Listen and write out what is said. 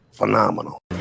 Phenomenal